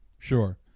Sure